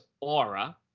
Aura